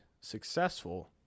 successful